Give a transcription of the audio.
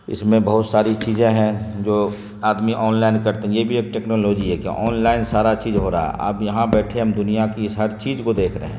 اس میں بہت ساری چیزیں ہیں جو آدمی آن لائن کرتے ہیں یہ بھی ایک ٹیکنالوجی ہے کہ آن لائن سارا چیز ہو رہا ہے اب یہاں بیٹھے ہم دنیا کی ہر چیز کو دیکھ رہے ہیں